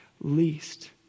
least